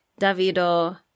Davido